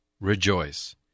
Rejoice